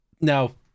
Now